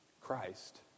Christ